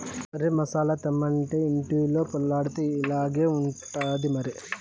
మరి మసాలా తెమ్మంటే ఇంటిలో పొర్లాడితే ఇట్టాగే ఉంటాది మరి